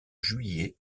juillet